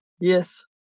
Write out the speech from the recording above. Yes